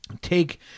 take